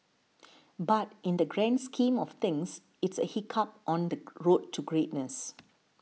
but in the grand scheme of things it's a hiccup on the road to greatness